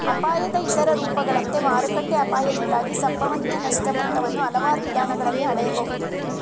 ಅಪಾಯದ ಇತರ ರೂಪಗಳಂತೆ ಮಾರುಕಟ್ಟೆ ಅಪಾಯದಿಂದಾಗಿ ಸಂಭವನೀಯ ನಷ್ಟ ಮೊತ್ತವನ್ನ ಹಲವಾರು ವಿಧಾನಗಳಲ್ಲಿ ಹಳೆಯಬಹುದು